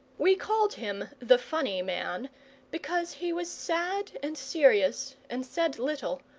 we called him the funny man because he was sad and serious, and said little,